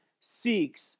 seeks